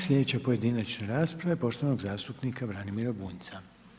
Slijedeća pojedinačna rasprava je poštovanog zastupnika Branimira Bunjca.